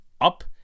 up